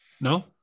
No